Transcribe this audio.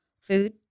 food